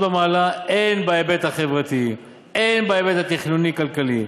הן בהיבט החברתי הן בהיבט התכנוני-כלכלי.